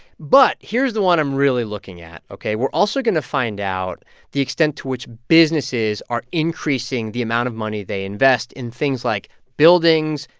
but here's the one i'm really looking at, ok? we're also going to find out the extent to which businesses are increasing the amount of money they invest in things like buildings,